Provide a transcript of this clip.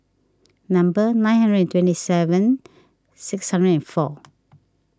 number nine hundred and twenty seven six hundred and four